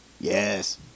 Yes